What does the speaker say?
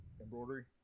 Embroidery